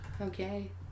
Okay